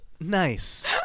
nice